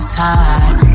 time